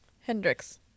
Hendrix